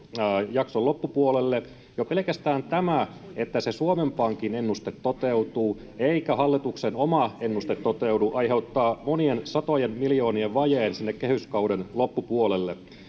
jakson loppupuolelle jo pelkästään tämä että se suomen pankin ennuste toteutuu eikä hallituksen oma ennuste toteudu aiheuttaa monien satojen miljoonien vajeen sinne kehyskauden loppupuolelle